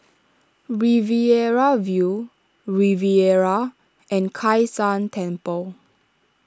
Riverina View Riviera and Kai San Temple